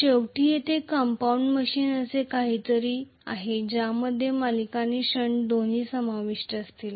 शेवटी तेथे compound machine असे काहीतरी आहे ज्यामध्ये सिरीज आणि शंट दोन्ही समाविष्ट असतील